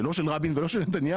לא של רבין ולא של נתניהו,